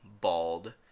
bald